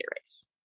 race